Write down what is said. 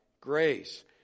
grace